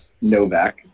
Novak